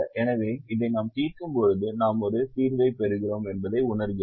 எனவே இதை நாம் தீர்க்கும்போது நாம் ஒரு தீர்வைப் பெறுகிறோம் என்பதை உணர்கிறோம்